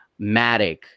Matic